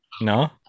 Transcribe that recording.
No